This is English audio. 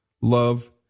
love